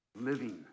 Living